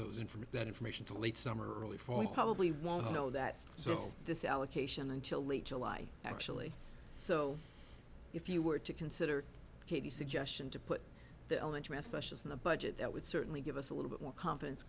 those in from that information to late summer early fall we probably won't know that this allocation until late july actually so if you were to consider katie suggestion to put the elementary specials in the budget that would certainly give us a little bit more confidence